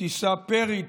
תישא פרי,